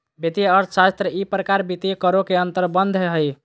वित्तीय अर्थशास्त्र ई प्रकार वित्तीय करों के अंतर्संबंध हइ